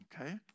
okay